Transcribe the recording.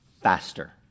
faster